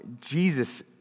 Jesus